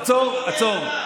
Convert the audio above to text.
עצור, עצור.